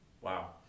Wow